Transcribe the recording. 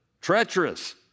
treacherous